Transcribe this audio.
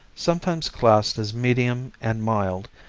sometimes classed as medium and mild,